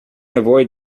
avoid